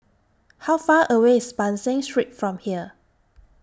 How Far away IS Ban San Street from here